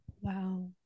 wow